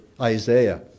Isaiah